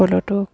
ফলতো